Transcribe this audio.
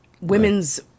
women's